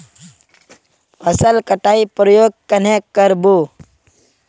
फसल कटाई प्रयोग कन्हे कर बो?